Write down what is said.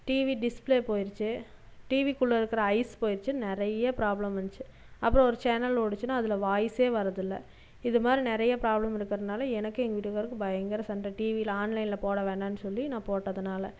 TV display போயிருச்சு TV குள்ள இருக்கிற ஐஸ் போயிருச்சி நிறைய பிராப்ளம் வந்துச்சு அப்புறம் ஒரு சேனல் ஓடுச்சுனா அதில் வாய்ஸே வரதில்லை இது மாதிரி நிறைய பிராப்ளம் இருக்கிறதுனால எனக்கும் எங்கள் வீட்டுக்காரருக்கும் பயங்கர சண்டை டிவியில் ஆன்லைனில் போட வேணானு சொல்லி நான் போட்டதுனால்